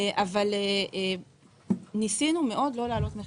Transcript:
אבל ניסינו מאוד לא להעלות מחירים.